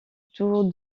tour